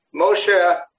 Moshe